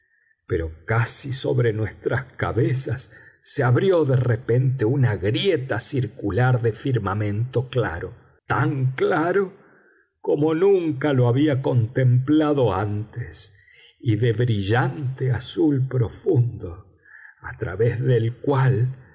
pero casi sobre nuestras cabezas se abrió de repente una grieta circular de firmamento claro tan claro como nunca lo había contemplado antes y de brillante azul profundo a través del cual